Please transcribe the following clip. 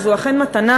וזו אכן מתנה,